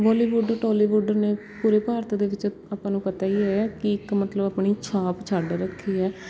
Bollywood Tollywood ਨੇ ਪੂਰੇ ਭਾਰਤ ਦੇ ਵਿੱਚ ਆਪਾਂ ਨੂੰ ਪਤਾ ਹੀ ਹੈ ਕਿ ਇੱਕ ਮਤਲਬ ਆਪਣੀ ਛਾਪ ਛੱਡ ਰੱਖੀ ਹੈ